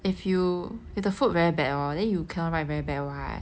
if you if the food very bad hor then you cannot write very bad what